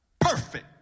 perfect